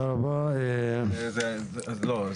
לא,